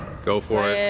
go for it.